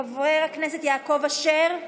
חבר הכנסת יעקב אשר,